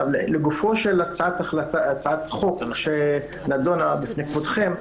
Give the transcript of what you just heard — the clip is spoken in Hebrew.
לגופה של הצעת חוק שנדונה בפני כבודכם,